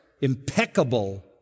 impeccable